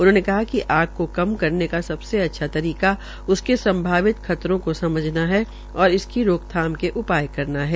उन्होंने कहा कि आग को कम करने का सबसे अच्छा तरीका उसके संभावित खतरों को समझना है और इसकी रोकथाम के उपाय करना है